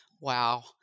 Wow